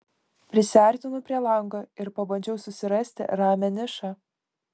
prisiartinau prie lango ir pabandžiau susirasti ramią nišą